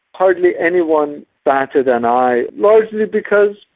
hardly anyone batted an eye, largely because,